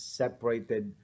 separated